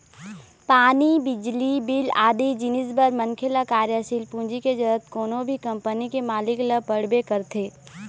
पानी, बिजली बिल आदि जिनिस बर मनखे ल कार्यसील पूंजी के जरुरत कोनो भी कंपनी के मालिक ल पड़बे करथे